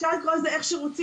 אפשר לקרוא לזה איך שרוצים.